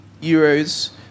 euros